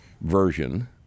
version